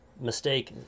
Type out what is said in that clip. mistake